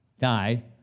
died